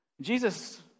Jesus